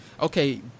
Okay